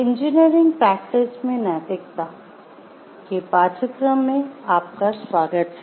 engineering practice में नैतिकता के पाठ्यक्रम में आपका स्वागत है